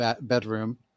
bedroom